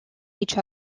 each